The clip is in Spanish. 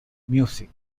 music